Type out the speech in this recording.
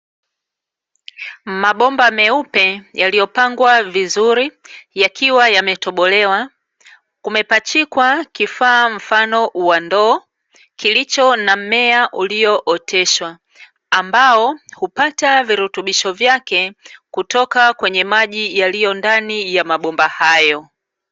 Mabomba meupe yaliyopangwa vizuri yakiwa yametobolewa, kumepachikwa kifaa mfano wa ndoo kilicho na mmea uliooteshwa, ambao hupata virutubisho vyake kutoka kwenye maji yaliyo ndani ya mabomba hayo.